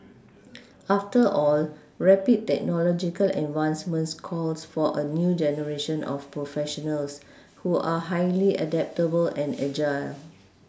after all rapid technological advancements calls for a new generation of professionals who are highly adaptable and agile